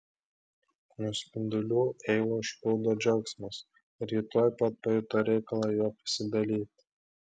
nuo spindulių eivą užplūdo džiaugsmas ir ji tuoj pat pajuto reikalą juo pasidalyti